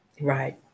right